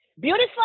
Beautiful